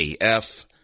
AF